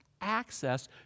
access